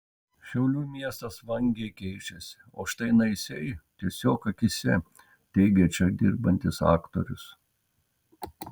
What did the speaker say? šiaulių miestas vangiai keičiasi o štai naisiai tiesiog akyse teigia čia dirbantis aktorius